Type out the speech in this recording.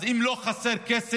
אז אם לא חסר כסף,